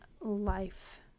life